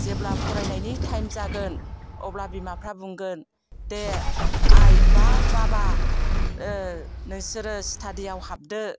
जेब्ला फरायनायनि टाइम जागोन अब्ला बिमाफ्रा बुंगोन दे आइ बा बाबा नोंसोरो स्टाडियाव हाबदो